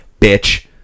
bitch